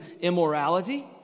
immorality